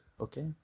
okay